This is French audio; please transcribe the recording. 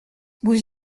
vous